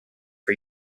for